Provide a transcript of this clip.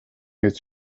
its